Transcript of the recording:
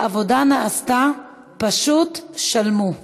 העבודה נעשתה, פשוט שלמו.